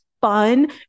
fun